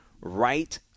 right